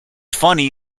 funny